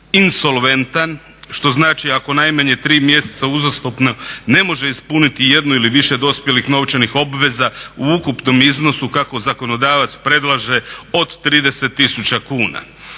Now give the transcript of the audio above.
insolventan, što znači ako najmanje tri mjeseca uzastopno ne može ispuniti jednu ili više dospjelih novčanih obveza u ukupnom iznosu kako zakonodavac predlaže od 30 tisuća kuna.